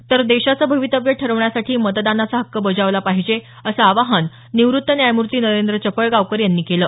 तर देशाचं भवितव्य ठरवण्यासाठी मतदानाचा हक्क बजावला पाहिजे असं आवाहन निवृत्त न्यायमूर्ती नरेंद्र चपळगावकर यांनी केलं